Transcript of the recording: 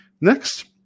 Next